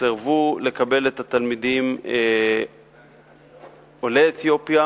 סירבו לקבל את התלמידים עולי אתיופיה.